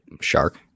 shark